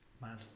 Mad